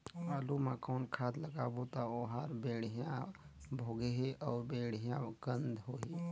आलू मा कौन खाद लगाबो ता ओहार बेडिया भोगही अउ बेडिया कन्द होही?